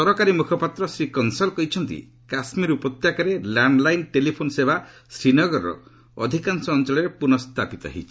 ସରକାରୀ ମୁଖପାତ୍ର ଶ୍ରୀ କଂସଲ୍ କହିଛନ୍ତି କାଶ୍କୀର ଉପତ୍ୟକାରେ ଲ୍ୟାଣ୍ଡଲାଇନ୍ ଟେଲିଫୋନ୍ ସେବା ଶ୍ରୀନଗରର ଅଧିକାଂଶ ଅଞ୍ଚଳରେ ପୁନଃ ସ୍ଥାପିତ ହୋଇଛି